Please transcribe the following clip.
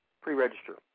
pre-register